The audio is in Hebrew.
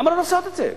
למה לא לעשות את זה?